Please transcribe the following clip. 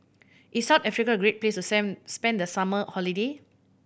is South Africa a great place to spend spend the summer holiday